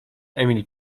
emil